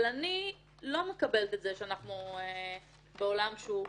אבל אני לא מקבלת את זה שאנחנו בעולם שהוא post-factual.